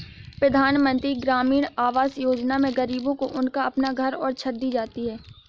प्रधानमंत्री ग्रामीण आवास योजना में गरीबों को उनका अपना घर और छत दी जाती है